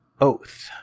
Oath